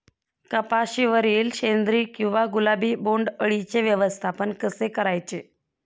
कपाशिवरील शेंदरी किंवा गुलाबी बोंडअळीचे व्यवस्थापन कसे करायचे?